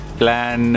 plan